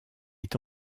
est